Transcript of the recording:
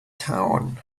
town